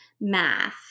math